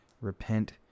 Repent